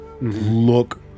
look